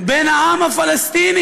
בן העם הפלסטיני.